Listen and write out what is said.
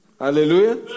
Hallelujah